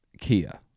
Kia